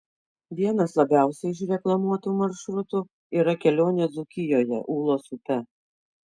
vienas labiausiai išreklamuotų maršrutų yra kelionė dzūkijoje ūlos upe